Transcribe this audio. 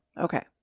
Okay